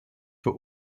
for